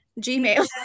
gmail